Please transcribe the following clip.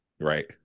right